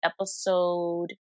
episode